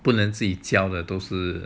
不能自己教的都是